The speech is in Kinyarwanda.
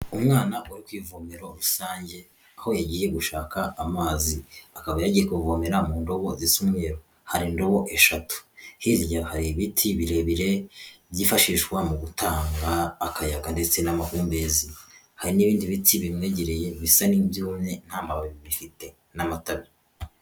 Umwana uri ku ivomero sange aho yagiye gushaka amazi akaba yagiye kuvomera mu ndobo zisa umweru hari indobo eshatu hirya hari ibiti birebire byifashishwa mu gutanga akayaga ndetse n'amahumbezi hari n'ibindi biti bimwegereye bisa n'ibyumye ntamababi bifite n'amatabe.